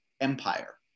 empire